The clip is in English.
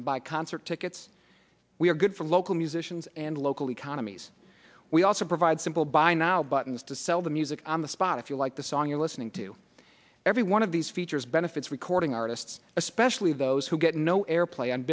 buy concert tickets we are good for local musicians and local economies we also provide simple by now buttons to sell the music on the spot if you like the song you're listening to every one of these features benefits recording artists especially those who get no airplay on